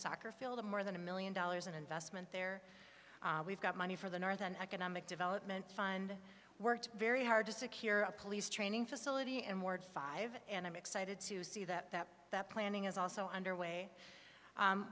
soccer field of more than a million dollars an investment there we've got money for the north an economic development fund worked very hard to secure a police training facility and ward five and i'm excited to see that that planning is also underway